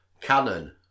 canon